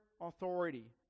authority